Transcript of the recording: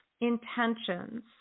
intentions